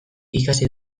ikasi